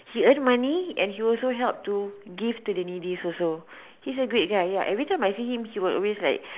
he earn money and he also help to give to the needies also he's a great guy ya every time I see him he will always like